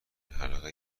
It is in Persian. حلقه